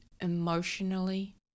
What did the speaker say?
emotionally